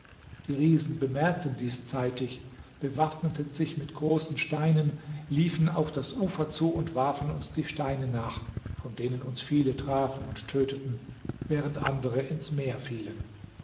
die riesen bemerkten dies zeitig bewaffneten sich mit großen steinen liefen auf das ufer zu und warfen uns die steine nach von denen uns viele trafen und töteten während andere ins meer fielen